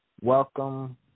Welcome